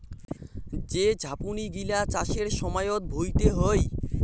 যে ঝাপনি গিলা চাষের সময়ত ভুঁইতে হই